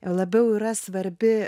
labiau yra svarbi